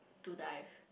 to dive